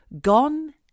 Gone